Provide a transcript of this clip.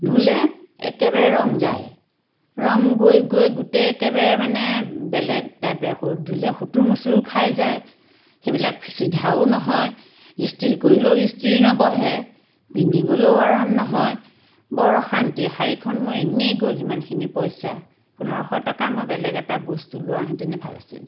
ধুলে একেবাৰে ৰং যায় ৰং গৈ গৈ গোটেই একেবাৰে মানে বেলেগ টাইপে ধুলে শোটোৰ মোচোৰ খাই যায় সেইবিলাক চিধাও নহয় ইষ্ট্ৰি কৰিলেও ইষ্ট্ৰি নবহে পিন্ধিবলৈও আৰাম নহয় বৰ অশান্তি শাৰীখন মোৰ এনেই গ'ল ইমানখিনি পইচা পোন্ধৰশ টকা মই বেলেগ এটা বস্তু লোৱা হেঁতেনে ভাল আছিল